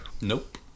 Nope